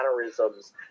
mannerisms